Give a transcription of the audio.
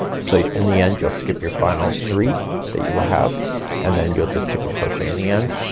so in the end you'll skip your final three that you will have and then you'll just single crochet in the end.